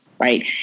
Right